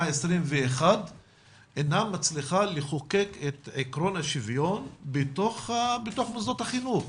ה-21 אינה מצליחה לחוקק את עקרון השוויון בתוך מוסדות החינוך.